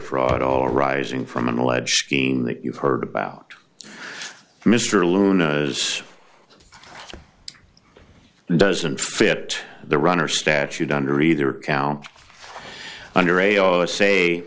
fraud all arising from an alleged scheme that you've heard about mr luna as doesn't fit the runner statute under either count under aoa say